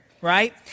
right